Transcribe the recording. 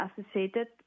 associated